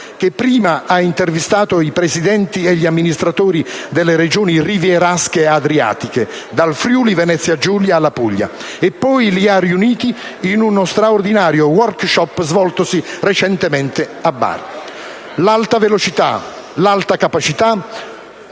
che prima ha intervistato i presidenti e gli amministratori delle Regioni rivierasche adriatiche, dal Friuli Venezia Giulia alla Puglia, e poi li ha riuniti in uno straordinario *workshop* svoltosi recentemente a Bari. L'alta velocità, l'alta capacità,